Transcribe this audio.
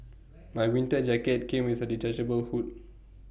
my winter jacket came with A detachable hood